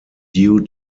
due